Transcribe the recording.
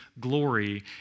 glory